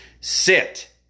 sit